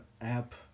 app